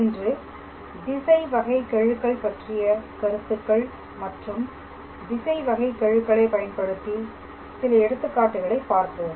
இன்று திசை வகைகெழுகள் பற்றிய கருத்துக்கள் மற்றும் திசை வகைகெழுகளை பயன்படுத்தி சில எடுத்துக்காட்டுகளை பார்ப்போம்